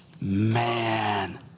man